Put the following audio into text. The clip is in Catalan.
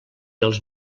els